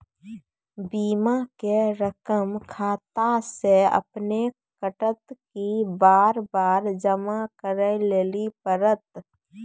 बीमा के रकम खाता से अपने कटत कि बार बार जमा करे लेली पड़त?